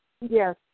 Yes